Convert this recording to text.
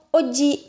oggi